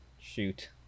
shoot